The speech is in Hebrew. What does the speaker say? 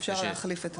אפשר להחליף את הסדר.